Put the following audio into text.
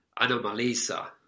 Anomalisa